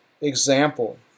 example